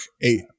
eight